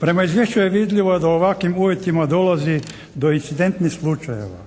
Prema izvješću je vidljivo da u ovakvim uvjetima dolazi do incidentnih slučajeva.